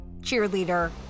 cheerleader